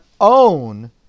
own